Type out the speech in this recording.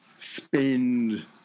Spend